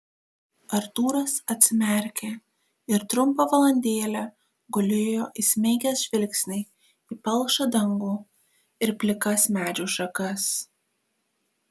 artūras atsimerkė ir trumpą valandėlę gulėjo įsmeigęs žvilgsnį į palšą dangų ir plikas medžių šakas